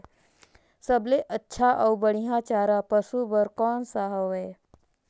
सबले अच्छा अउ बढ़िया चारा पशु बर कोन सा हवय?